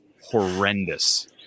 Horrendous